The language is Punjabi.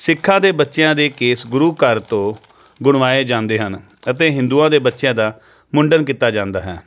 ਸਿੱਖਾਂ ਦੇ ਬੱਚਿਆਂ ਦੇ ਕੇਸ ਗੁਰੂ ਘਰ ਤੋਂ ਗੁਣਵਾਏ ਜਾਂਦੇ ਹਨ ਅਤੇ ਹਿੰਦੂਆਂ ਦੇ ਬੱਚਿਆਂ ਦਾ ਮੁੰਡਨ ਕੀਤਾ ਜਾਂਦਾ ਹੈ